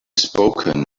spoken